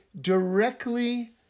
directly